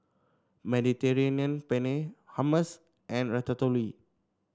Mediterranean Penne Hummus and Ratatouille